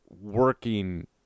working